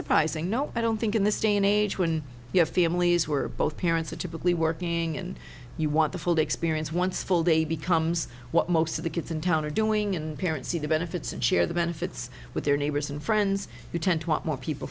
surprising no i don't think in this day and age when you have families who are both parents are typically working and you want the full experience once full day becomes what most of the kids in town are doing and parents see the benefits and share the benefits with their neighbors and friends who tend to want more people